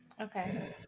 Okay